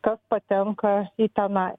kas patenka į tenai